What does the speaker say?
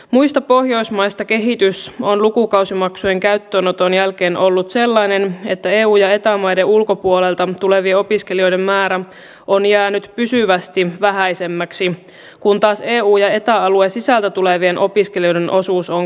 muissa pohjoismaissa kehitys on lukukausimaksujen käyttöönoton jälkeen ollut sellainen että eu ja eta maiden ulkopuolelta tulevien opiskelijoiden määrä on jäänyt pysyvästi vähäisemmäksi kun taas eu ja eta alueen sisältä tulevien opiskelijoiden osuus on kasvanut